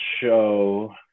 show